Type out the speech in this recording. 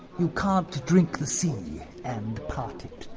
you can't drink the sea and part it